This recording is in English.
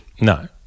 No